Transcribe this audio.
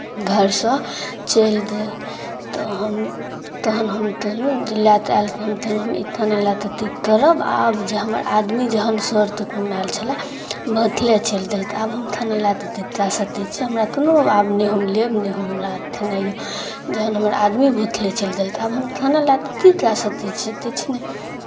धरसँ चलि देल तऽ हम तहन हम तहलहुँ जे लए तऽ आयल तऽ हम तहलहुँ जे ई थाना लए तऽ हम ती तरब आब जे हमर आदमी जे हमर सर तुतुम आयल छलय भुथले चलि देल तऽ आब हम थाना लए तऽ ती तए सतै छी हमरा तोनो आब हम नहि लेब नहि हमरा थेनाइ जहन हमर आदमी भुथले चलि देल तऽ आब हम खाना लए तऽ ती तए सतै छी तिछु नहि